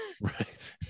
Right